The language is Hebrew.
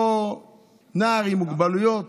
אותו נער עם מוגבלויות